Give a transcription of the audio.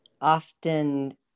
often